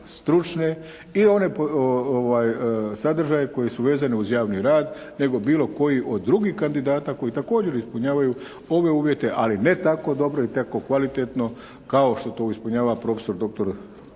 i one sadržaje koji su vezani uz javni rad nego bilo koji od drugih kandidata koji također ispunjavaju ove uvjete ali ne tako dobro i tako kvalitetno kao što to ispunjava profesor